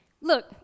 look